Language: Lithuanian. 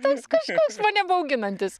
toks kažkoks mane bauginantis